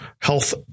health